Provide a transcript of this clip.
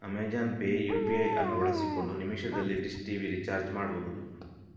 Amazon Pay UPI ಅನ್ನು ಬಳಸಿಕೊಂಡು ನಿಮಿಷದಲ್ಲಿ ಡಿಶ್ ಟಿವಿ ರಿಚಾರ್ಜ್ ಮಾಡ್ಬಹುದು